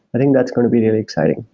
i think that's going to be really exciting.